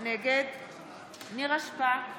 נגד נירה שפק,